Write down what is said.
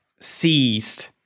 seized